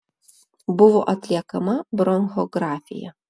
buvo atliekama bronchografija